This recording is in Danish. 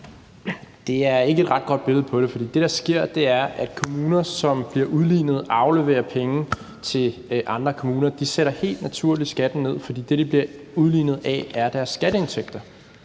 Det er ikke et ret godt billede på det, for det, der sker, er, at kommuner, som bliver udlignet og afleverer penge til andre kommuner, helt naturligt sætter skatten ned, for det, de bliver udlignet af, er deres skatteindtægter,